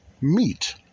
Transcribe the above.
meat